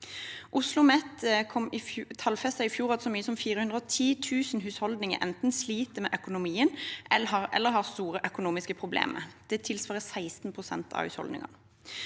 OsloMet tallfestet i fjor at så mye som 410 000 husholdninger enten sliter med økonomien eller har store økonomiske problemer. Dette tilsvarer 16 pst. av husholdningene.